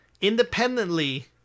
independently